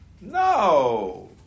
No